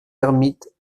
ermites